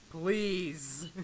please